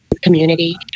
community